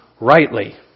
rightly